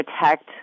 protect